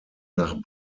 nach